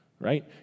right